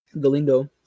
Galindo